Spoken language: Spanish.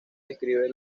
describe